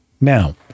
Now